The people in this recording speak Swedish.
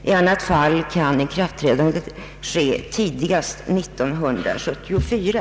I annat fall kan ikraftträdandet ske tidigast 1974.